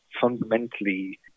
fundamentally